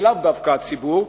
ולאו דווקא הציבור.